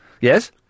Yes